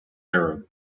arab